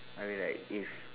I mean like if